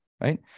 Right